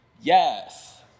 Yes